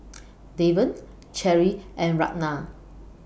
Deven Cherie and Ragna